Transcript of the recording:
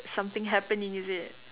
something happening is it